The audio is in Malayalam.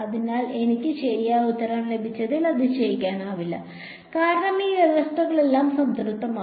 അതിനാൽ എനിക്ക് ശരിയായ ഉത്തരം ലഭിച്ചതിൽ അതിശയിക്കാനില്ല കാരണം എല്ലാ വ്യവസ്ഥകളും സംതൃപ്തമാണ്